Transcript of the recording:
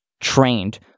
trained